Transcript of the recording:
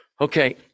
Okay